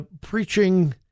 preaching